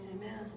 amen